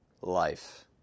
Life